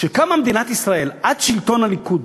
כשקמה מדינת ישראל, עד שלטון הליכוד,